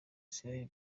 israel